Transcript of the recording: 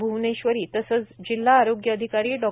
भूवनेश्वरी तसेच जिल्हा आरोग्य अधिकारी डॉ